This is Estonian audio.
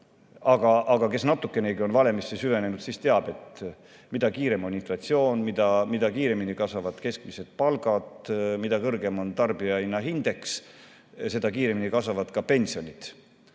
aga kes natukenegi on valemisse süvenenud, see teab, et mida kiirem on inflatsioon, mida kiiremini kasvavad keskmised palgad, mida kõrgem on tarbijahinnaindeks, seda kiiremini kasvavad ka pensionid.